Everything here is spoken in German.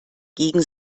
gegen